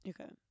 Okay